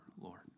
Lord